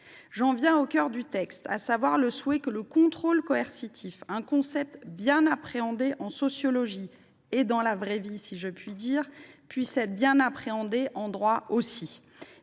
J’en viens au cœur du texte, à savoir le souhait que le contrôle coercitif, un concept bien appréhendé en sociologie et « dans la vraie vie », si j’ose dire, puisse être bien appréhendé en droit ; il